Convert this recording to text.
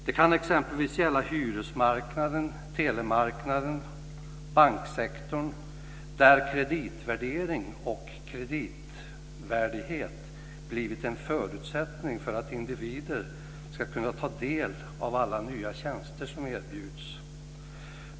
Det kan exempelvis gälla hyresmarknaden, telemarknaden och banksektorn där kreditvärdering och kreditvärdighet blivit en förutsättning för att individer ska kunna ta del av alla nya tjänster som erbjuds.